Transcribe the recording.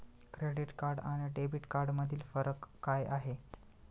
Credit card आणि debit कार्डमधील फरक काय आहे?